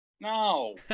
no